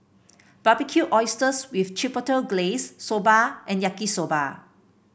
Barbecued Oysters with Chipotle Glaze Soba and Yaki Soba